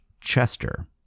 Chester